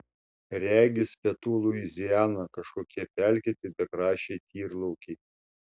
regis pietų luiziana kažkokie pelkėti bekraščiai tyrlaukiai